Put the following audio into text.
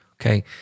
okay